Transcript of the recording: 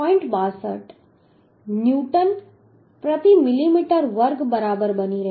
62 newton પ્રતિ millimetre વર્ગ બરાબર બની રહ્યું છે